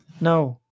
no